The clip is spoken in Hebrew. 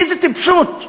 איזו טיפשות,